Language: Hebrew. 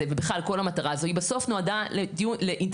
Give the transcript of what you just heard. ובכלל כל המטרה היא בסוף נועדה לאינטרס